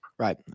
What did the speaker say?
Right